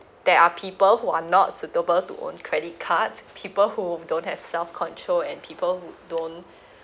there are people who are not suitable to own credit cards people who don't have self control and people who don't